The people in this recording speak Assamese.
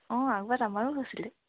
অঁ আগত আমাৰো হৈছিলে